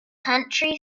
country